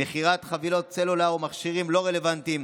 מכירת חבילות סלולר או מכשירים לא רלוונטיים,